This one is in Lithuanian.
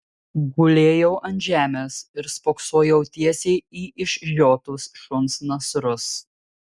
gulėjau ant žemės ir spoksojau tiesiai į išžiotus šuns nasrus